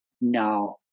Now